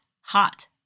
hot